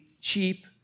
cheap